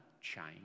change